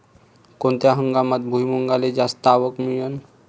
कोनत्या हंगामात भुईमुंगाले जास्त आवक मिळन?